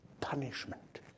punishment